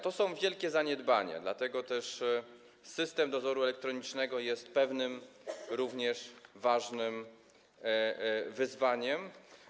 To są wielkie zaniedbania, dlatego też system dozoru elektronicznego jest również pewnym ważnym wyzwaniem.